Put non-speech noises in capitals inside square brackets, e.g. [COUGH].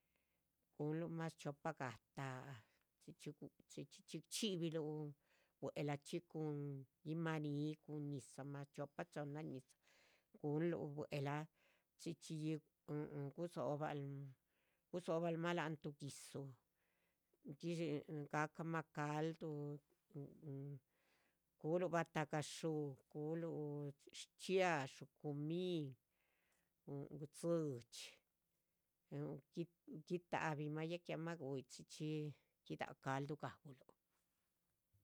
Gunlu mas chxioopahga taáh chxí-chxíchxi chxíbiluh bue'lahchi cun yimaníh cun. ñizah mas chxioopa chohnna ñizah gunluh bue'lah chxíchxiyi este gusobal'ma. lahan tuuh gi'dzu gacama calduh [HESITATION] culuh batagadzuu, culuh schxiadxú, cumín. [HESITATION] dzidxi, gui'tahbi'ma ya que amaah guyih guida caldug ga'uluh